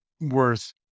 worth